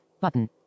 button